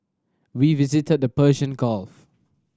we visited the Persian Gulf